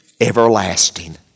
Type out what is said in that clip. everlasting